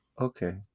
okay